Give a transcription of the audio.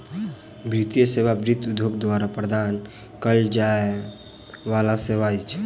वित्तीय सेवा वित्त उद्योग द्वारा प्रदान कयल जाय बला सेवा अछि